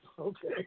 okay